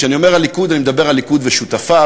כשאני אומר "הליכוד", אני מדבר על הליכוד ושותפיו,